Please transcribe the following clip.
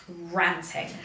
Ranting